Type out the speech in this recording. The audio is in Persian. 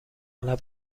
اغلب